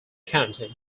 county